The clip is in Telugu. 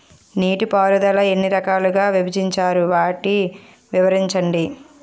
నీటిపారుదల ఎన్ని రకాలుగా విభజించారు? వాటి వివరించండి?